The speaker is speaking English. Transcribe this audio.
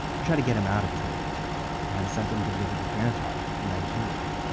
she tried to get him out of his neighborhood and sent him to live with his grandfather, in nigeria.